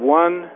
one